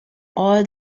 all